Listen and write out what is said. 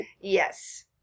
Yes